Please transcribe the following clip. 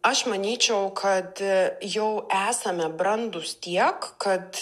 aš manyčiau kad jau esame brandūs tiek kad